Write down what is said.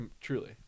truly